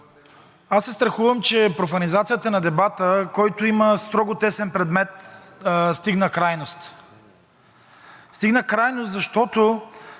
Аз се страхувам, че профанизацията на дебата, който има строго тесен предмет, стигна крайност. Стигна крайност, защото,